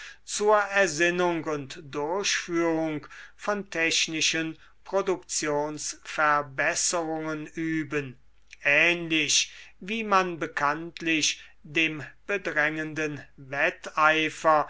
zur ersinnung und durchführung von technischen produktionsverbesserungen üben ähnlich wie man bekanntlich dem bedrängenden wetteifer